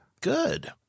Good